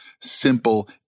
simple